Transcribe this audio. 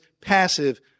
passive